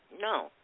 No